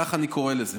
כך אני קורא לזה.